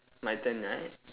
my turn right